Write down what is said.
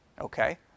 Okay